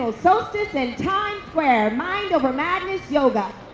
and solstice in times square mind over madness yoga